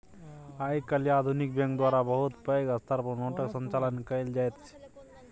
आइ काल्हि आधुनिक बैंक द्वारा बहुत पैघ स्तर पर नोटक संचालन कएल जाइत छै